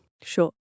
Sure